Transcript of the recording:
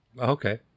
Okay